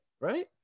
Right